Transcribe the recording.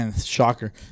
Shocker